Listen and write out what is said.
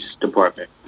Department